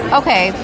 okay